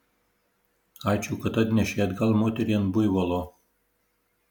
ačiū kad atnešei atgal moterį ant buivolo